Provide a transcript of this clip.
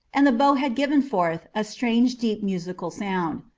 and the bow had given forth a strange deep musical sound.